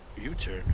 U-Turn